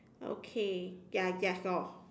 okay ya that's all